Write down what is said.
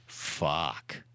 fuck